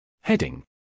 Heading